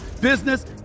business